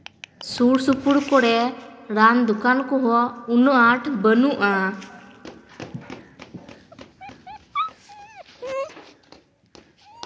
ᱥᱩᱨᱼᱥᱩᱯᱩᱨ ᱠᱚᱨᱮ ᱨᱟᱱ ᱫᱚᱠᱟᱱ ᱠᱚᱦᱚᱸ ᱩᱱᱟᱹᱜ ᱟᱸᱴ ᱵᱟ ᱱᱩᱜᱼᱟ